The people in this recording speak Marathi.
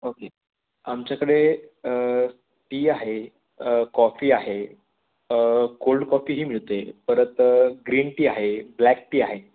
ओके आमच्याकडे टी आहे कॉफी आहे कोल्ड कॉफीही मिळते परत ग्रीन टी आहे ब्लॅक टी आहे